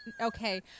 Okay